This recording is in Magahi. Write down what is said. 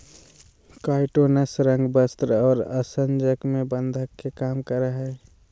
काइटोनस रंग, वस्त्र और आसंजक में बंधक के काम करय हइ